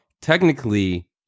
technically